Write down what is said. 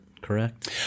correct